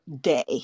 day